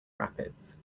rapids